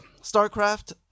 Starcraft